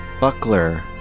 buckler